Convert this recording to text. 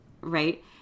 Right